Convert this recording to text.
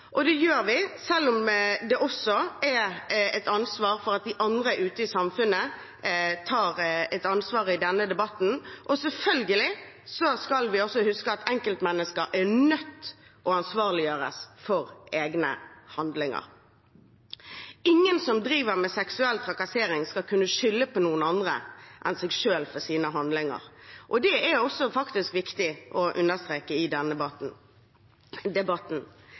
og det gjør vi, selv om de andre ute i samfunnet også har et ansvar i denne debatten – og selvfølgelig skal vi huske at enkeltmennesker er nødt til å ansvarliggjøres for egne handlinger. Ingen som driver med seksuell trakassering, skal kunne skylde på noen andre enn seg selv for sine handlinger, det er også viktig å understreke i denne debatten.